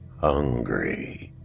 hungry